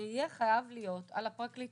זה יהיה חייב להיות על הפרקליטות,